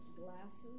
glasses